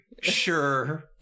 sure